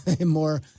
more